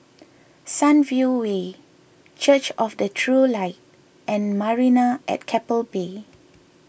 Sunview Way Church of the True Light and Marina at Keppel Bay